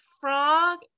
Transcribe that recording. frog